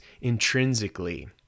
intrinsically